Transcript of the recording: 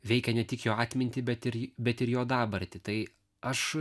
veikia ne tik jo atmintį bet ir bet ir jo dabartį tai aš